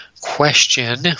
question